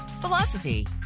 philosophy